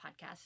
podcast